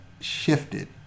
shifted